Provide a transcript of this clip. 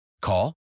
Call